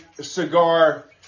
cigar